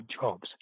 jobs